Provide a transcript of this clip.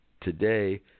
today